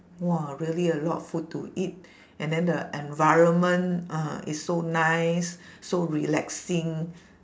!wah! really a lot of food to eat and then the environment ah is so nice so relaxing